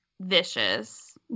vicious